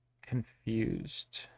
confused